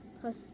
Plus